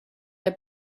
der